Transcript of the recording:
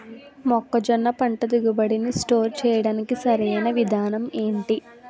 మొక్కజొన్న పంట దిగుబడి నీ స్టోర్ చేయడానికి సరియైన విధానం ఎంటి?